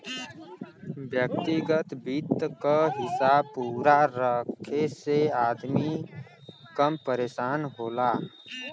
व्यग्तिगत वित्त क हिसाब पूरा रखे से अदमी कम परेसान होला